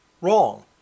wrong